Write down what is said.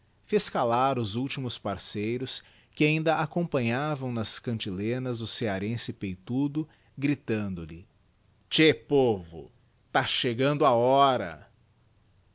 calar os últimos parceiros que ainda acompanhavam nas cantilenas o cearense peitudo gritando lhe ché povo tá chegando a hora